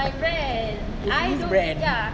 is his brand